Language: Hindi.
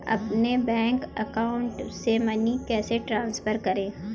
अपने बैंक अकाउंट से मनी कैसे ट्रांसफर करें?